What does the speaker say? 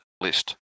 list